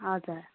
हजुर